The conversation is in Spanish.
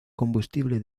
combustible